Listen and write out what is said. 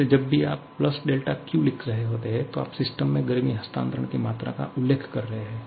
इसलिए जब भी आप Q लिख रहे होते हैं तो आप सिस्टम में गर्मी हस्तांतरण की मात्रा का उल्लेख कर रहे हैं